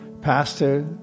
pastor